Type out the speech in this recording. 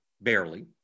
barely